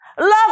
Love